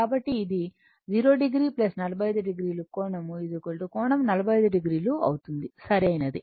కాబట్టి ఇది 0 o 45 o కోణం కోణం 45 o అవుతుంది సరైనది